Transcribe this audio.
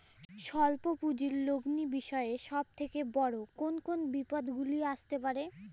স্বল্প পুঁজির লগ্নি বিষয়ে সব থেকে বড় কোন কোন বিপদগুলি আসতে পারে?